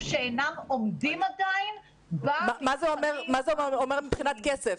שאינם עומדים עדיין במבחנים --- מה זה אומר מבחינת כסף?